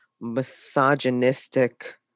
misogynistic